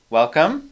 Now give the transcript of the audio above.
welcome